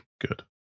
Good